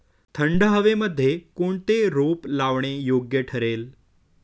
थंड हवेमध्ये कोणते रोप लावणे योग्य ठरेल?